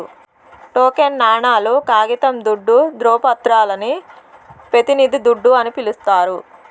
token నాణేలు, కాగితం దుడ్డు, దృవపత్రాలని పెతినిది దుడ్డు అని పిలిస్తారు